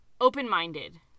open-minded